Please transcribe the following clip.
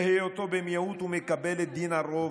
בהיותו במיעוט הוא מקבל את דין הרוב,